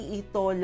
ito